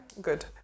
Good